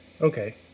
Okay